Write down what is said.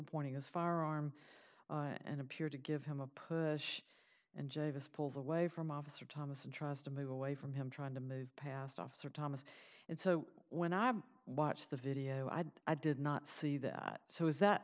pointing as far and appear to give him a push and joyous pulls away from officer thomas and tries to move away from him trying to move past officer thomas and so when i watch the video i did i did not see that so is that